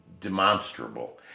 demonstrable